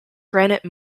granite